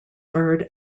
bird